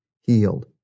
healed